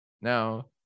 Now